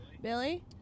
Billy